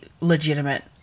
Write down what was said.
legitimate